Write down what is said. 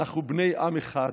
אנחנו בני עם אחד.